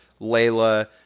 Layla